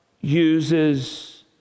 uses